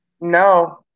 No